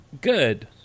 Good